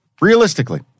Realistically